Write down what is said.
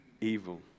evil